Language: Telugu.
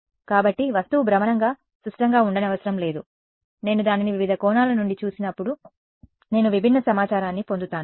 కాబట్టి వస్తువు భ్రమణంగా సుష్టంగా ఉండనవసరం లేదు కాబట్టి నేను దానిని వివిధ కోణాల నుండి చూసినప్పుడు నేను విభిన్న సమాచారాన్ని పొందుతాను